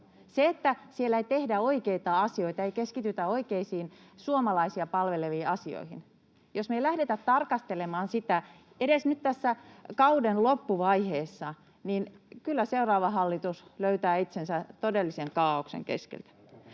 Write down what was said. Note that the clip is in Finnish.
se, että siellä ei tehdä oikeita asioita, ei keskitytä oikeisiin suomalaisia palveleviin asioihin. Jos me ei lähdetä tarkastelemaan sitä edes nyt tässä kauden loppuvaiheessa, niin kyllä seuraava hallitus löytää itsensä todellisen kaaoksen keskeltä.